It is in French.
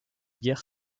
guerre